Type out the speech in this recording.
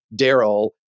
Daryl